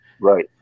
right